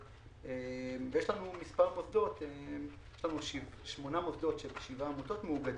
ויש לנו מספר מוסדות שבעה-שומנה מוסדות מאוגדים,